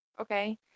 Okay